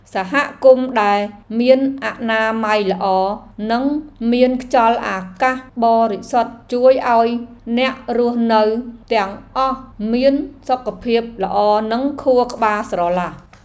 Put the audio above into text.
សហគមន៍ដែលមានអនាម័យល្អនិងមានខ្យល់អាកាសបរិសុទ្ធជួយឱ្យអ្នករស់នៅទាំងអស់មានសុខភាពល្អនិងខួរក្បាលស្រឡះ។